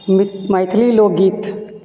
मैथिली लोकगीत